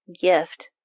gift